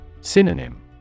Synonym